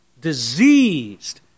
diseased